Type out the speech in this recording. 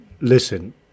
listen